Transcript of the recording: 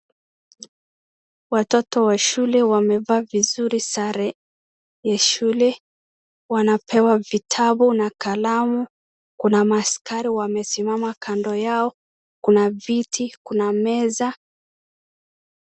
Watoto wa shule wamevaa vizuri sare ya shule, wanapewa vitabu na kalamu. Kuna maaskari wamesimama kando yao. Kuna viti, kuna meza.